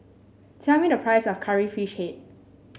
tell me the price of Curry Fish Head